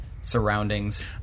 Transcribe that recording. surroundings